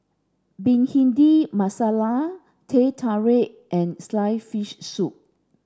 Bhindi Masala Teh Tarik and sliced fish soup